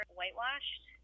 whitewashed